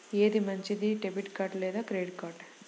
ఏది మంచిది, debit card లేదా క్రెడిట్ కార్డ్?